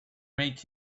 make